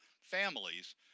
families